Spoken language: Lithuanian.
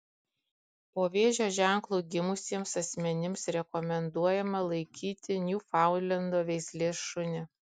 po vėžio ženklu gimusiems asmenims rekomenduojama laikyti niufaundlendo veislės šunį